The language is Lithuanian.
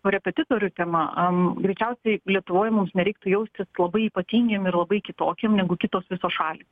korepetitorių tema greičiausiai plėtojamos nereikia jaustis labai ypatingiem ir labai kitokiem negu kitos visos šalys